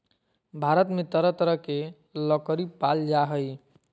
भारत में तरह तरह के लकरी पाल जा हइ